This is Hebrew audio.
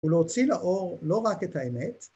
ולהוציא לאור לא רק את האמת